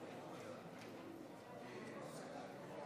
מי שמעוניין,